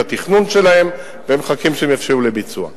התכנון שלהם והם מחכים עד שהם יתאפשרו לביצוע.